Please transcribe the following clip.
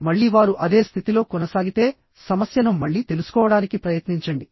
కానీ మళ్ళీ వారు అదే స్థితిలో కొనసాగితే సమస్యను మళ్లీ తెలుసుకోవడానికి ప్రయత్నించండి